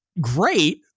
great